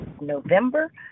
November